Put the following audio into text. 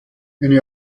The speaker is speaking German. eine